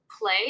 play